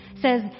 says